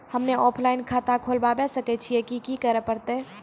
हम्मे ऑफलाइन खाता खोलबावे सकय छियै, की करे परतै?